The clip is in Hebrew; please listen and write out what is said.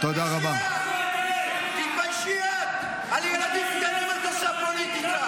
ראש הסיעה שלכם --- אלה פניו של יו"ר ועדת הכספים שלנו,